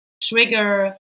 trigger